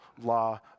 law